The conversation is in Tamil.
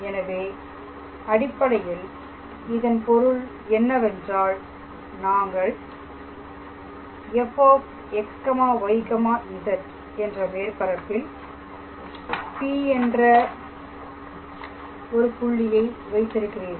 எனவே அடிப்படையில் இதன் பொருள் என்னவென்றால் நீங்கள் fxyz என்ற மேற்பரப்பில் P என்ற ஒரு புள்ளியை வைத்திருக்கிறீர்கள்